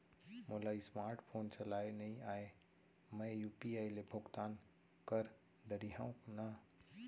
मोला smart phone चलाए नई आए मैं यू.पी.आई ले भुगतान कर डरिहंव न?